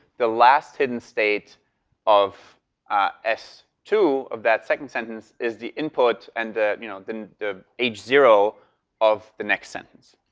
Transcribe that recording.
the last hidden state of s two of that second sentence is the input and the you know the and h zero of the next sentence,